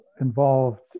involved